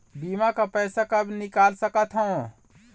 बीमा का पैसा कब निकाल सकत हो?